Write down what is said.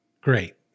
Great